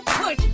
put